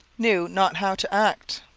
knew not how to act.